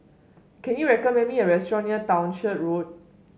can you recommend me a restaurant near Townshend Road